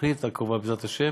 בתוכנית הקרובה, בעזרת השם,